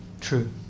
True